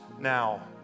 Now